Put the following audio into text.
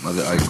מה זה אייקוס?